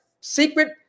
secret